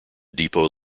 depot